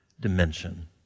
dimension